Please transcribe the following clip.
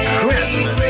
Christmas